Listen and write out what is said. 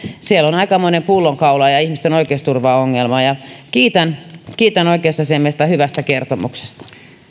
siellä on aikamoinen pullonkaula ja ja ihmisten oikeusturvaongelma kiitän kiitän oikeusasiamiestä hyvästä kertomuksesta